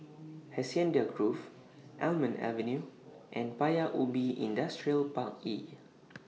Hacienda Grove Almond Avenue and Paya Ubi Industrial Park E